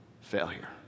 failure